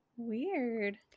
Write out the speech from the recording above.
Weird